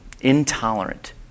intolerant